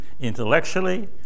intellectually